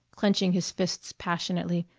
clenching his fists passionately.